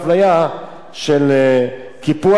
של קיפוח של גברים מול נשים.